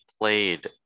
played